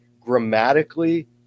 Grammatically